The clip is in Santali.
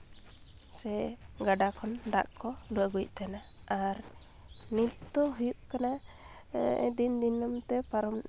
ᱥᱮ ᱜᱟᱰᱟ ᱠᱷᱚᱱ ᱫᱟᱜ ᱠᱚ ᱞᱩ ᱟᱹᱜᱩᱭᱮᱫ ᱛᱟᱦᱮᱱᱟ ᱟᱨ ᱱᱤᱛ ᱫᱚ ᱦᱩᱭᱩᱜ ᱠᱟᱱᱟ ᱫᱤᱱ ᱫᱤᱱᱟᱹᱢ ᱛᱮ ᱯᱟᱨᱚᱢ